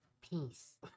Peace